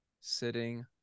sitting